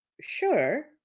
sure